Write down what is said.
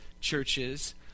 churches